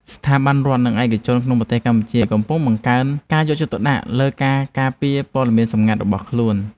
ស្ថាប័នរដ្ឋ និងឯកជនក្នុងប្រទេសកម្ពុជាកំពុងបង្កើនការយកចិត្តទុកដាក់លើការការពារព័ត៌មានសម្ងាត់របស់ខ្លួន។